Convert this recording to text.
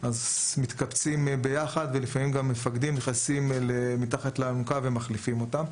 אז מתקבצים ביחד ולפעמים גם מפקדים נכנסים מתחת לאלונקה ומחליפים אותם.